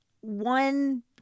One